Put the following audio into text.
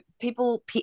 people